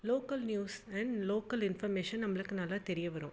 local news and local information நம்மளுக்கு நல்லா தெரிய வரும்